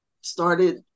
started